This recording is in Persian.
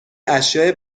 اشیاء